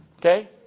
Okay